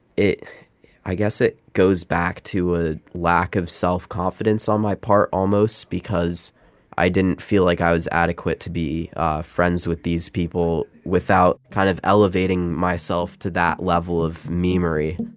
it i guess it goes back to a lack of self-confidence on my part almost because i didn't feel like i was adequate to be friends with these people without kind of elevating myself to that level of meme-ory